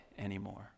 Anymore